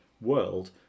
world